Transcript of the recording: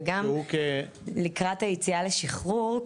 וגם לקראת היציאה לשחרור,